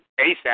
ASAP